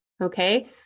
Okay